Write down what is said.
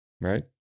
Right